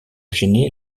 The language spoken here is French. gêné